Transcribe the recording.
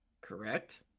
Correct